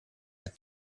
had